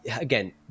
again